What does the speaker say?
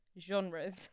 genres